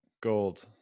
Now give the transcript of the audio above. Gold